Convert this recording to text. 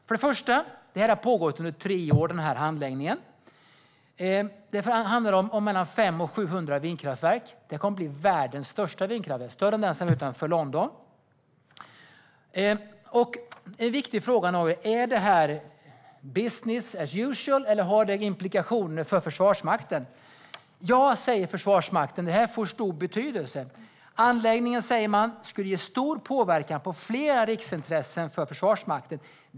Handläggningen har pågått under tre år. Det handlar om mellan 500 och 700 vindkraftverk. Det kommer att bli världens största vindkraftspark, större än den utanför London. En viktig fråga är: Är det här business as usual, eller får det implikationer för Försvarsmakten? Försvarsmakten säger att det har stor betydelse. Jag citerar ur Ny Teknik: "Anläggningen skulle ge stor påverkan på flera riksintressen för Försvarsmakten.